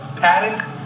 Paddock